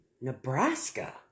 Nebraska